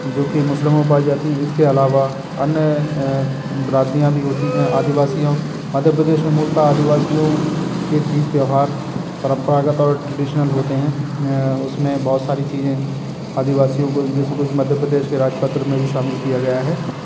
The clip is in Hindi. जो कि मुस्लिमों में पाई जाती हैं जिसके अलावा अन्य बिरादरीयाँ भी होती हैं आदिवासियों मध्य प्रदेश में मूलतः आदिवासियों के तीज त्योहार परम्परागत और ट्रेडीशनल होते हैं उसमें बहुत सारी चीज़ें आदिवासियों को जिसको मध्य प्रदेश के राजपत्र में भी शामिल किया गया है